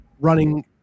running